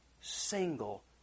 single